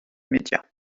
médias